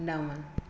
नव